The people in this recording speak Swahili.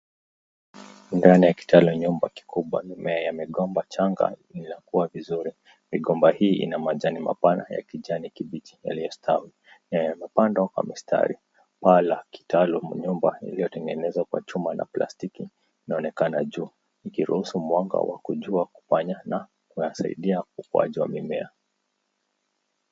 Ndani ya kitalu nyumba kikubwa mimea ya migomba changa imekua vizuri. Migomba hii ina majani mapana ya kijani kibichi yaliyostawi. Yamepandwa kwa mstari wala kitaalum nyumba iliyotengenezwa kwa chuma na plastiki, inaonekekana juu ikiruhusu mwanga wa jua kupenya na kuwasaidia ukuaji wa mimea.